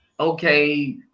okay